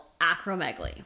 acromegaly